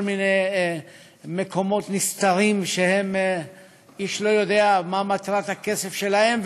מיני מקומות נסתרים שאיש לא יודע מה מטרת הכסף שלהם?